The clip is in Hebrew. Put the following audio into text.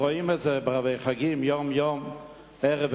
רואים את זה בערבי חגים, יום-יום וערב-ערב.